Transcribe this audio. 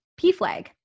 PFLAG